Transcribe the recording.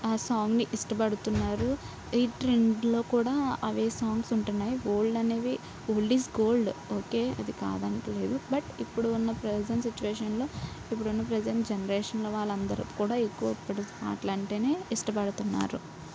ఆ సాంగ్ని ఇష్టపడుతున్నారు ఈ ట్రెండ్లో కూడా అవే సాంగ్స్ ఉంటున్నాయి ఓల్డ్ అనేవి ఓల్డ్ ఇస్ గోల్డ్ ఓకే అది కాదు అనట్లేదు బట్ ఇప్పుడు ఉన్న ప్రజెంట్ సిచువేషన్లో ఇప్పుడు ఉన్న ప్రజెంట్ జనరేషన్ వాళ్ళు అందరూ కూడా ఎక్కువ ఇప్పటి పాటలు అంటేనే ఇష్టపడుతున్నారు